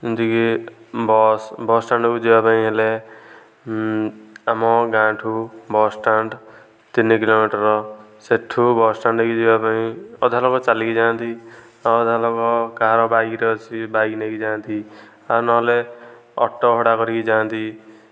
ଯେମିତିକି ବସ ଵସଷ୍ଟାଣ୍ଡକୁ ଯିବାପାଇଁ ହେଲେ ଆମ ଗାଁ ଠାରୁ ବସଷ୍ଟାଣ୍ଡ ତିନି କିଲୋମିଟର ସେଇଠୁ ବସଷ୍ଟାଣ୍ଡ ହୋଇକି ଯିବା ପାଇଁ ଅଧାଲୋକ ଚାଲିକି ଯାଆନ୍ତି ଆଉ ଅଧାଲୋକ କାହାର ବାଇକଟେ ଅଛି ବାଇକ ନେଇକି ଯାଆନ୍ତି ଆଉ ନହେଲେ ଅଟୋ ଭଡ଼ା କରିକି ଯାଆନ୍ତି